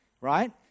Right